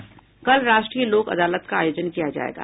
कल राष्ट्रीय लोक अदालत का आयोजन किया जायेगा